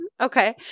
Okay